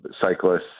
Cyclists